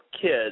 kids